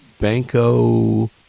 Banco